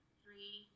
three